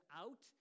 out